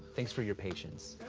thanks for your patience.